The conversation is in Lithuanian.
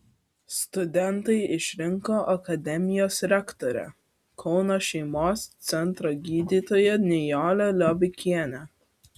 studentai išrinko akademijos rektorę kauno šeimos centro gydytoją nijolę liobikienę